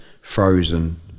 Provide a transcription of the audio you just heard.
frozen